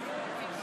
נא